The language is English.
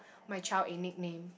my child a nickname